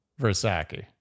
Versace